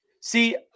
See